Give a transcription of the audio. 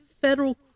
federal